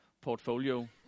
portfolio